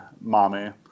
Mommy